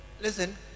listen